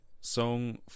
song